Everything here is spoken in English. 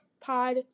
pod